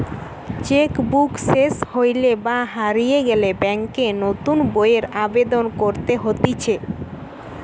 check book সেস হইলে বা হারিয়ে গেলে ব্যাংকে নতুন বইয়ের আবেদন করতে হতিছে